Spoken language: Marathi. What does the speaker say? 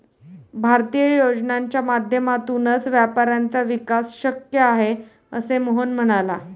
भारतीय योजनांच्या माध्यमातूनच व्यापाऱ्यांचा विकास शक्य आहे, असे मोहन म्हणाला